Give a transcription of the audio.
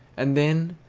and then,